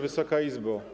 Wysoka Izbo!